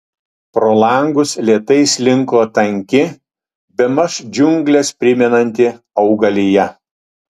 pro langus lėtai slinko tanki bemaž džiungles primenanti augalija